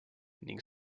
ning